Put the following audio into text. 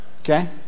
Okay